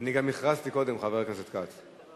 אני גם הכרזתי קודם, חבר הכנסת כץ.